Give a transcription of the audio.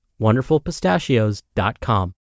wonderfulpistachios.com